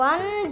One